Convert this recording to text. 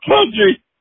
country